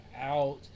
out